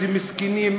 איזה מסכנים,